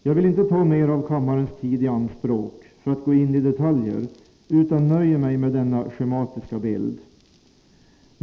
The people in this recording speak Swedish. Jag vill inte ta mera av kammarens tid i anspråk för att gå in i detaljer utan nöjer mig med denna schematiska bild.